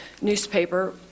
newspaper